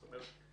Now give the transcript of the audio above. זאת אומרת,